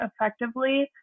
effectively